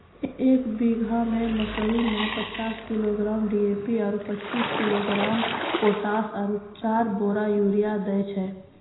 एक बीघा मे मकई मे पचास किलोग्राम डी.ए.पी आरु पचीस किलोग्राम पोटास आरु चार बोरा यूरिया दैय छैय?